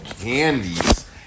candies